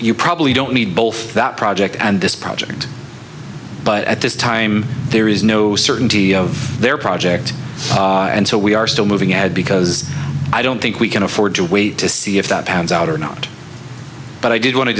you probably don't need both that project and this project but at this time there is no certainty of their project and so we are still moving at because i don't think we can afford to wait to see if that pans out or not but i did want to